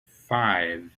five